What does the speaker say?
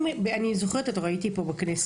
אני זוכרת את זה, הייתי פה בכנסת.